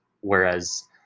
whereas